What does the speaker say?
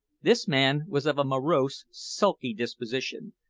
this man was of a morose, sulky disposition,